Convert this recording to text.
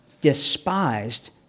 despised